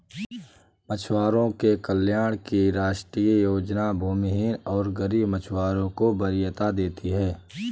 मछुआरों के कल्याण की राष्ट्रीय योजना भूमिहीन और गरीब मछुआरों को वरीयता देती है